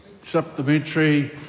Supplementary